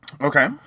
Okay